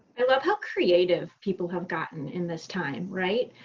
i love how creative people have gotten in this time, right?